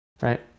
right